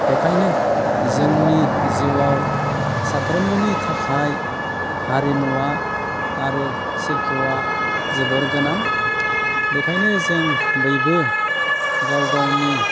बेखायनो जोंनि जिउआव साफ्रोमबोनि थाखाय हारिमुआ आरो शिल्पआ जोबोर गोनां बेखायनो जों बायबो गाव गावनि